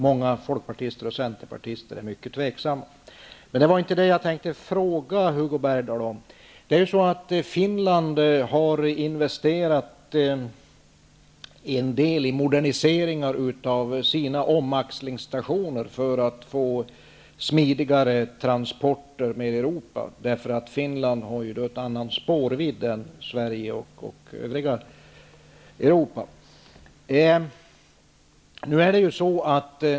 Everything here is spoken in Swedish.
Många folkpartister och centerpartister är mycket tveksamma. Men det var inte detta jag tänkte ta upp med Hugo Bergdahl. Finland har investerat en hel del i moderniseringar av sina omaxlingsstationer för att få smidigare transporter med Europa, därför att Finland har en annan spårvidd än Sverige och övriga Europa.